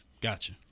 gotcha